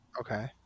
Okay